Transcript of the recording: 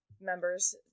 members